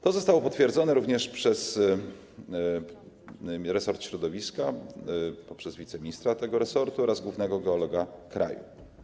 To zostało potwierdzone również przez resort środowiska, przez wiceministra tego resortu oraz głównego geologa kraju.